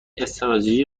استراتژی